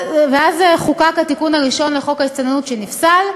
אז חוקק התיקון הראשון לחוק ההסתננות, שנפסל,